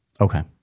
Okay